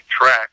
track